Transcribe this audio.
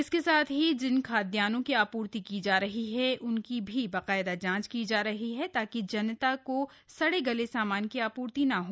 इसके साथ ही जिन खाद्यान्नों की आपूर्ति की जा रही है उनकी भी बाकायदा जांच हो रही है ताकि जनता को सड़े गले सामान की आपूर्ति न हो